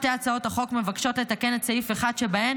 שתי הצעות החוק מבקשות לתקן את סעיף 1 שבהן